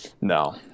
No